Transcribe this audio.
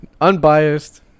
unbiased